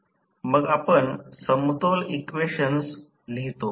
मग आपण समतोल इक्वेशन्स लिहितो